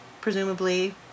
presumably